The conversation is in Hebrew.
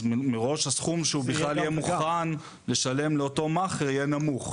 אז מראש הסכום שהוא בכלל יהיה מוכן לשלם לאותו מאכער יהיה נמוך.